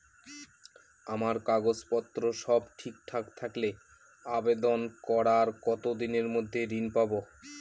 আমার কাগজ পত্র সব ঠিকঠাক থাকলে আবেদন করার কতদিনের মধ্যে ঋণ পাব?